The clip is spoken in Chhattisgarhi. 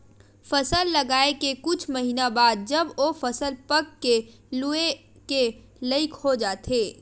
फसल लगाए के कुछ महिना बाद जब ओ फसल पक के लूए के लइक हो जाथे